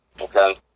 okay